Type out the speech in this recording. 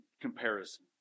comparison